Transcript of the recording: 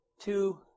two